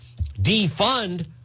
defund